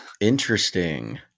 interesting